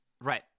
Right